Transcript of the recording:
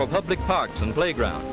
public parks and playground